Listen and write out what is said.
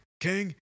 King